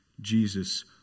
Jesus